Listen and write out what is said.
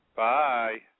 bye